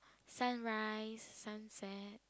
sunrise sunset